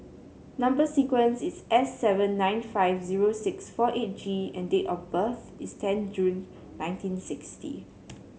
number sequence is S seven nine five zero six four eight G and date of birth is ten June nineteen sixty